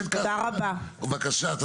תודה רבה לך.